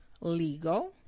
Legal